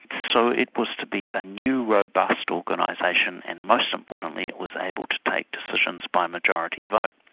so it was to be a new robust organisation and most importantly, it was able to take decisions by majority vote.